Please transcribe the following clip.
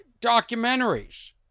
documentaries